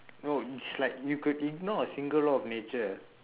no it's like you could ignore a single law of nature